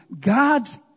God's